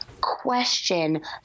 question